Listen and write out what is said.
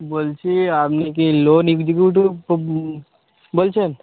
বলছি আমনি কি লোন এক্সিকিউটিভ বলছেন